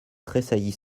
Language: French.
tressaillit